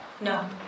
No